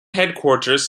headquarters